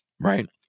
Right